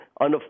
unaffordable